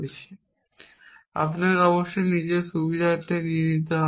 সুতরাং আপনাকে অবশ্যই নিজের সুবিধার্থে নিতে হবে